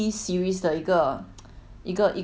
一个一个 series 的一个 skincare mah